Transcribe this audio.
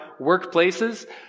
workplaces